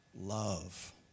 love